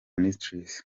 ministries